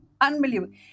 unbelievable